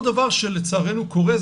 עוד דבר שלצערנו קורה,